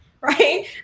right